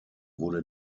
wurde